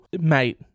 mate